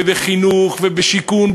בחינוך ובשיקום,